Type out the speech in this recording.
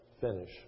finish